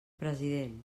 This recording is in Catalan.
president